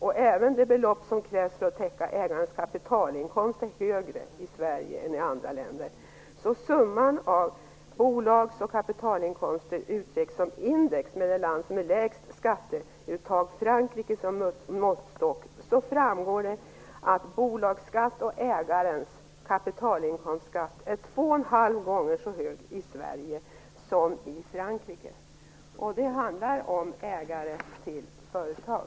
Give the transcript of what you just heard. Även det belopp som krävs för att täcka ägarens kapitalinkomst är högre i Sverige än i andra länder. Så om summan av bolagsoch kapitalinkomster uttrycks som index med det land som har lägst skatteuttag, nämligen Frankrike, som måttstock framgår det att bolagsskatt och ägarens kapitalinkomstskatt är 2,5 gånger så hög i Sverige som i Frankrike. Det handlar om ägare till företag.